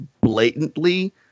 blatantly